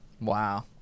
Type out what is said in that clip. Wow